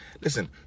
Listen